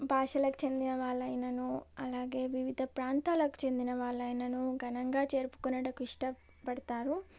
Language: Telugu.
భాషలకు చెందిన వాళ్ళైనను అలాగే వివిధ ప్రాంతాలకు చెందిన వాళ్ళైనను ఘనంగా జరుపుకొనుటకు ఇష్టపడతారు